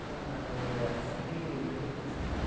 அண்ணா நாங்கள் இங்கே சங்ககிரியிலிருந்து பேசுகிறோம்